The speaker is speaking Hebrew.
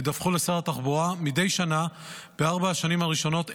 ידווחו לשר התחבורה מדי שנה בארבע השנים הראשונות,